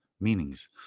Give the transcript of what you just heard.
Meanings